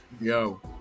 Yo